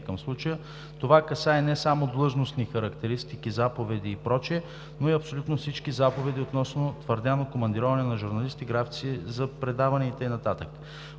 това касае не само длъжностни характеристики, заповеди и прочее, но и абсолютно всички заповеди относно твърдяно командироване на журналисти, графици за предавания и така